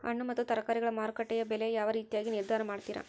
ಹಣ್ಣು ಮತ್ತು ತರಕಾರಿಗಳ ಮಾರುಕಟ್ಟೆಯ ಬೆಲೆ ಯಾವ ರೇತಿಯಾಗಿ ನಿರ್ಧಾರ ಮಾಡ್ತಿರಾ?